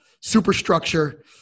superstructure